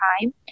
time